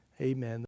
Amen